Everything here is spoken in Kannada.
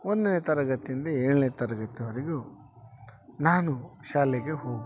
ಒಂದನೆ ತರಗತಿಯಿಂದ ಏಳನೆ ತರಗತಿವರೆಗು ನಾನು ಶಾಲೆಗೆ ಹೋಗ್ಬೇಕು